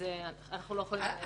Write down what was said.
אז אנחנו לא יכולים להגיד.